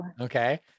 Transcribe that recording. Okay